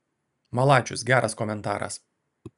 malačius geras komentaras